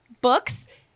books